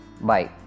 bye